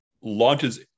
launches